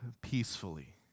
peacefully